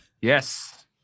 Yes